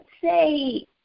say